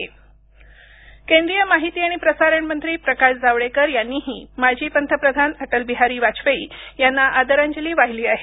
आदरांजली केंद्रीय माहिती आणि प्रसारण मंत्री प्रकाश जावडेकर यांनीही माजी पंतप्रधान अटलबिहारी वाजपेयी यांना आदरांजली वाहिली आहे